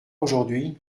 aujourd’hui